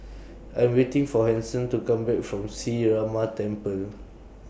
I Am waiting For Hanson to Come Back from Sree Ramar Temple